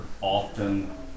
often